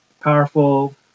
powerful